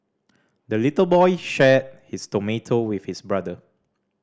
the little boy shared his tomato with his brother